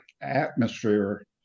atmosphere